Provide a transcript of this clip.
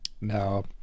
No